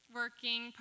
working